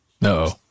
No